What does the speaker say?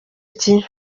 iki